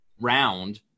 round